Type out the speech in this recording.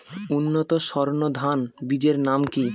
উন্নত সর্ন ধান বীজের নাম কি?